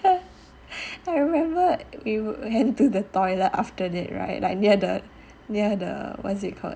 I remember we went to the toilet after that right like near the near the what's it called